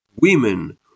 Women